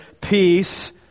peace